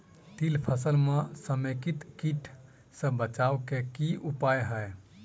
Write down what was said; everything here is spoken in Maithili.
तिल फसल म समेकित कीट सँ बचाबै केँ की उपाय हय?